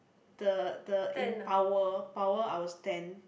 the the in power power I was ten